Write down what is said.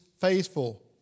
faithful